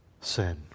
sin